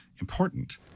important